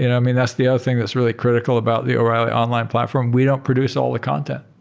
you know mean, that's the other thing that's really critical about the o'reilly online platform. we don't produce all the content.